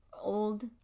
old